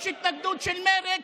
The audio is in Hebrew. יש התנגדות של מרצ,